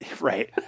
Right